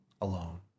alone